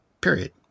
period